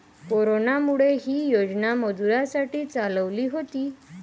कोरोनामुळे, ही योजना मजुरांसाठी चालवली होती